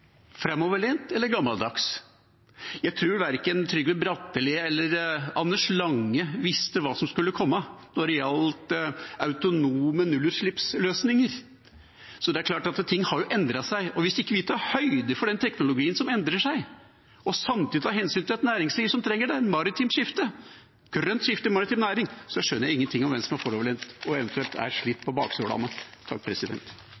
skulle komme når det gjaldt autonome nullutslippsløsninger. Så det er klart at ting har endret seg. Og hvis vi ikke tar høyde for den teknologien som endrer seg, og samtidig tar hensyn til et næringsliv som trenger et skifte, et grønt skifte i maritim næring, skjønner jeg ingenting om hvem som er foroverlent eller eventuelt